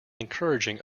encouraging